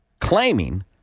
claiming